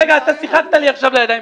רגע, אתה משחק לי עכשיו לידיים.